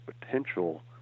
potential